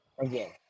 again